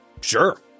Sure